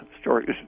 stories